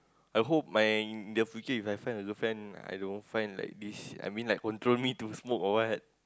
I hope my in the future my friend or girlfriend I don't find like this I mean like control me to smoke or what